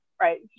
right